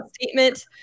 statement